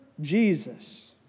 Jesus